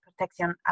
Protección